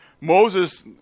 Moses